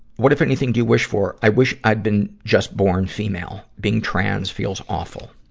what, if anything, do you wish for? i wish i'd been just born female. being trans feel awful.